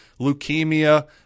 leukemia